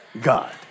God